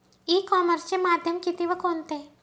E कॉमर्सचे माध्यम किती व कोणते?